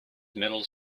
middle